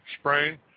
sprain